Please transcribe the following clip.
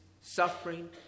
suffering